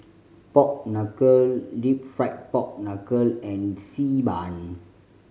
pork knuckle Deep Fried Pork Knuckle and Xi Ban